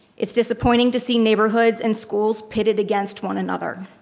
it's disappointing to see neighborhoods and schools pitted against one another.